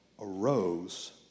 arose